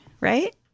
right